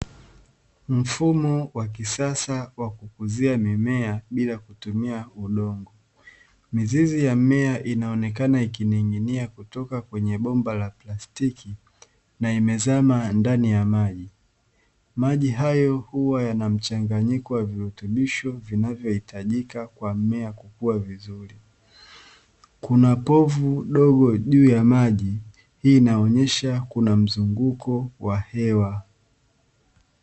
Mfumo wa kisasa wa kukuzia mimea bila kutumia udongo, mizizi ya mmea inaonekana ikining'inia kutoka kwenye bomba la plastiki na imezama ndani ya maji, maji hayo huwa yanamchanganyiko wa virutubisho vinavyohitajika kwa mmea kukua vizuri. Kuna povu dogo juu ya maji, hii inaonesha kuna mzunguko wa hewa,